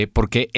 Porque